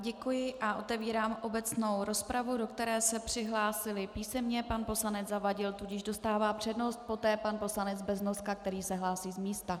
Děkuji a otevírám obecnou rozpravu, do které se přihlásili písemně pan poslanec Zavadil, tudíž dostává přednost, poté pan poslanec Beznoska, který se hlásí z místa.